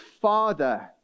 Father